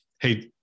hey